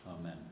Amen